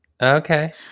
Okay